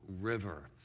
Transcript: River